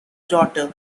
daughter